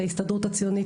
ההסתדרות הציונית,